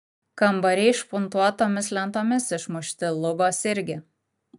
kambariai špuntuotomis lentomis išmušti lubos irgi